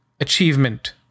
achievement